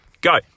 Go